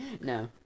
No